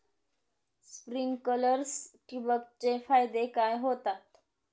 Sprinklers ठिबक चे फायदे काय होतात?